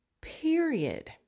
period